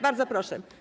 Bardzo proszę.